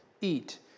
eat